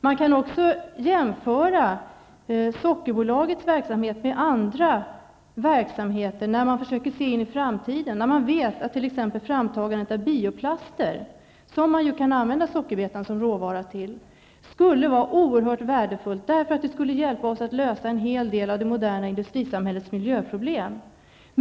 Man kan också jämföra Sockerbolagets verksamhet med andra verksamheter med avseende på framtiden, när man vet att t.ex. framtagandet av bioplaster, som sockerbetan kan användas som råvara till, skulle vara oerhört värdefullt därför att det skulle hjälpa till att lösa en hel del av det moderna industrisamhällets miljöproblem.